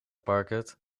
parket